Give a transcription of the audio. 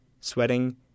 sweating